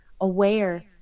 aware